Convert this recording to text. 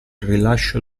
rilascio